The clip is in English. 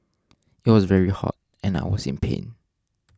it was very hot and I was in pain